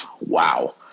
Wow